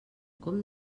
com